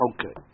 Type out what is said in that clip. Okay